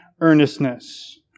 earnestness